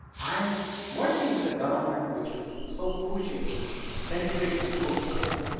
and working with the government, which is so crucial to penetrate the school system.